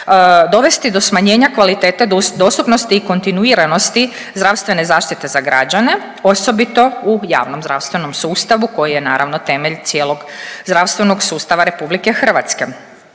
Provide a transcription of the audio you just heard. dovesti do smanjenja kvalitete dostupnosti i kontinuiranosti zdravstvene zaštite za građane, osobito u javnom zdravstvenom sustavu koji je naravno temelj cijelog zdravstvenog sustava RH.